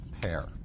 pair